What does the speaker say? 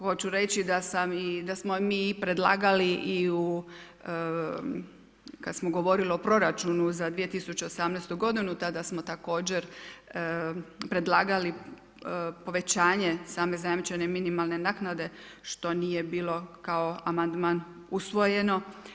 Hoću reći da smo mi predlagali i u kada smo govorili o proračunu za 2018. godinu tada smo također predlagali povećanje same zajamčene minimalne naknade, što nije bilo kao amandman usvojeno.